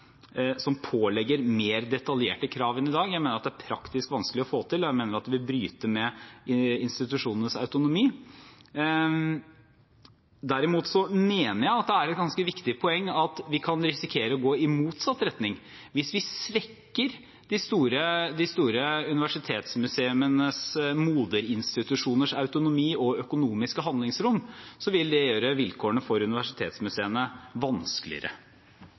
pålegger mer detaljerte krav enn i dag. Jeg mener det er praktisk vanskelig å få til. Jeg mener det vil bryte med institusjonenes autonomi. Derimot mener jeg det er et ganske viktig poeng at vi kan risikere å gå i motsatt retning. Hvis vi svekker de store universitetsmuseenes moderinstitusjoners autonomi og økonomiske handlingsrom, vil det gjøre vilkårene for universitetsmuseene vanskeligere.